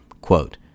Quote